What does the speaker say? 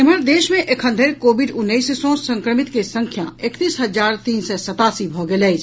एम्हर देश मे एखन धरि कोविड उन्नैस सॅ संक्रमित के संख्या एकतीस हजार तीन सय सतासी भऽ गेल अछि